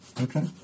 Okay